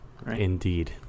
Indeed